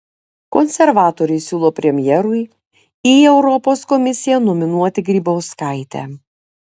konservatoriai siūlo premjerui į europos komisiją nominuoti grybauskaitę